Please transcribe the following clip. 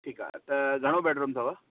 ठीकु आहे त घणो बेडरूम अथव